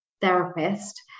therapist